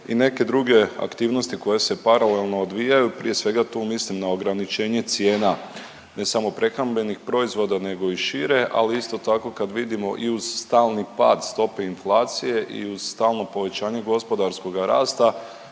i neke druge aktivnosti koje se paralelno odvijaju, prije svega tu mislim na ograničenje cijena ne samo prehrambenih proizvoda nego i šire, ali isto tako kad vidimo i uz stalni pad stope inflacije i uz stalno povećanje gospodarskoga rasta